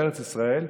בארץ ישראל,